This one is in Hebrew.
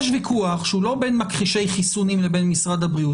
יש ויכוח שהוא לא בין מכחישי חיסונים לבין משרד הבריאות,